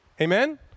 Amen